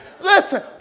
Listen